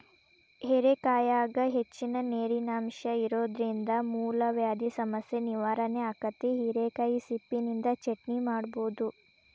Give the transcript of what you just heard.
ಹೇರೆಕಾಯಾಗ ಹೆಚ್ಚಿನ ನೇರಿನಂಶ ಇರೋದ್ರಿಂದ ಮೂಲವ್ಯಾಧಿ ಸಮಸ್ಯೆ ನಿವಾರಣೆ ಆಕ್ಕೆತಿ, ಹಿರೇಕಾಯಿ ಸಿಪ್ಪಿನಿಂದ ಚಟ್ನಿ ಮಾಡಬೋದು